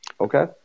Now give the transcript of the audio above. Okay